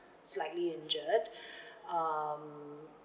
slightly injured um